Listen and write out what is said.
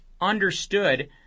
understood